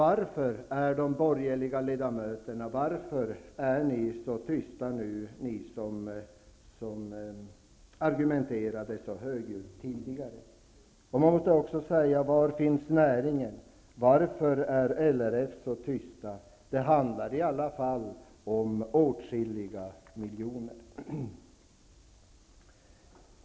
Varför är de borgerliga ledamöterna, som tidigare argumenterade så högljutt, nu så tysta? Det handlar i alla fall om åtskilliga miljoner.